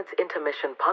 Intermission